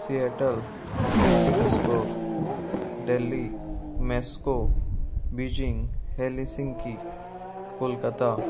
Seattle Saint Petersburg Delhi Moscow Beijing Helsinki Kolkata